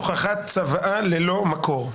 הוכחת צוואה ללא מקור.